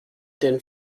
denn